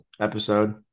episode